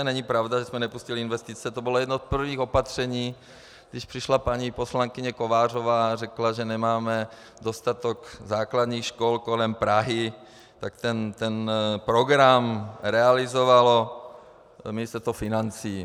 Není pravda, že jsme nepustili investice, to bylo jedno z prvních opatření, když přišla paní poslankyně Kovářová a řekla, že nemáme dostatek základních škol kolem Prahy, tak ten program realizovalo Ministerstvo financí.